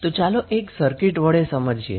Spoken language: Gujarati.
તો ચાલો આ એક સર્કિટ વડે સમજીએ